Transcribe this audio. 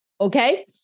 okay